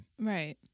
Right